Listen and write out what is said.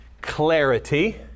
clarity